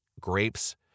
grapes